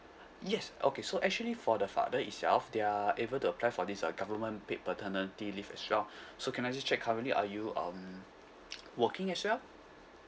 yes okay so actually for the father itself they are able to apply for this uh government paid paternity leave as well so can I just check currently are you um working as well